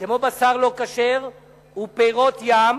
כמו בשר לא-כשר ופירות-ים,